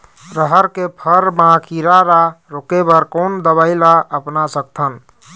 रहर के फर मा किरा रा रोके बर कोन दवई ला अपना सकथन?